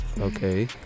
Okay